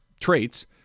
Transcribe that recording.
traits